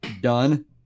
done